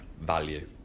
Value